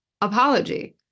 apology